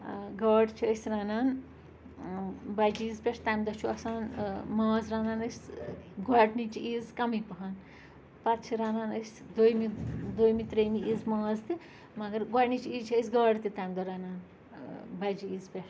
گاڈٕ چھِ أسۍ رَنان بَج عیٖذ پٮ۪ٹھ تَمہِ دۄہ چھُ آسان ماز رَنان أسۍ گۄڈنِچ عیٖذ کَمٕے پَہَن پَتہٕ چھِ رَنان أسۍ دۄیمہِ دۄیمہِ ترٛیٚیمہِ عیٖذ ماز تہِ مگر گۄڈنِچ عیٖذ چھِ أسۍ گاڈٕ تہِ تَمہِ دۄہ رَنان بَجہِ عیٖذ پٮ۪ٹھ